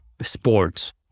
sports